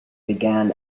began